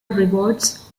rewards